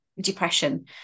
depression